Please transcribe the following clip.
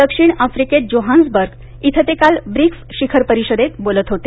दक्षिण आफ्रिकेत जोहान्सबर्ग इथं ते काल ब्रिक्स शिखर परिषदेत बोलत होते